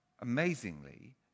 amazingly